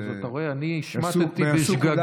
אז אתה רואה, אני השמטתי בשגגה.